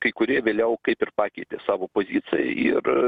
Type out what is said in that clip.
kai kurie vėliau kaip ir pakeitė savo poziciją ir